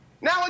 Now